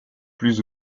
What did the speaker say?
plus